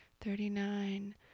Thirty-nine